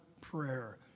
prayer